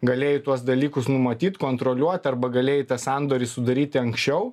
galėjai tuos dalykus numatyt kontroliuot arba galėjai tą sandorį sudaryti anksčiau